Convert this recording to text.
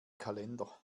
kalender